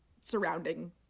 surrounding